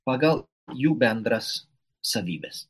pagal jų bendras savybes